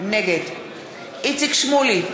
נגד איציק שמולי,